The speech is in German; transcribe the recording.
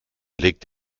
legt